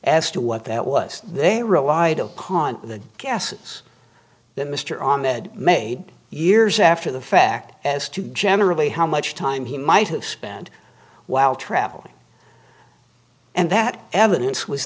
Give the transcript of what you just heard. as to what that was they relied on the gases that mr ahmed made years after the fact as to generally how much time he might have spent while traveling and that evidence was